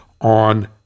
on